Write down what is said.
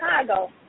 Chicago